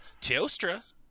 Teostra